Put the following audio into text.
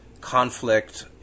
conflict